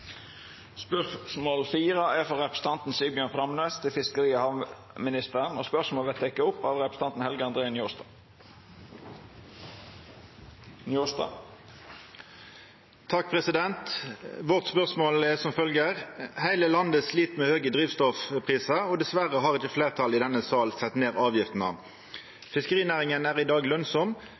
frå representanten Sigbjørn Framnes til fiskeri- og havministeren, vert teke opp av representanten Helge André Njåstad. Vårt spørsmål er som følger: «Heile landet slit med høge drivstoffprisar, og dessverre har ikkje fleirtalet i denne sal sett ned avgiftene. Fiskerinæringa er i dag lønnsam,